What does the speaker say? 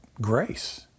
grace